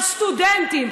על סטודנטים,